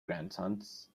grandsons